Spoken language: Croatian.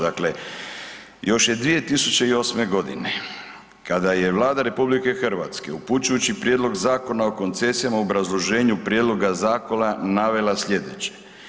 Dakle, još je 2008. g. kada je Vlada RH upućujući prijedlog Zakona o koncesijama u obrazloženju prijedloga zakona navela sljedeće.